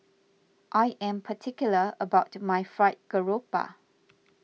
I am particular about my Fried Garoupa